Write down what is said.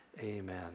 amen